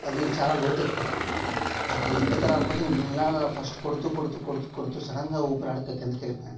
అది చాలా లోతు ఎక్కువ నాకు ఈత రాకపోతే మెల్లగా ఫస్ట్ కొడుతు కొడుతు కొడుతు సడెన్గా ఊపిరి ఆడక కిందకి వెళ్ళిపోయాను